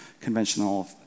conventional